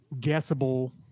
guessable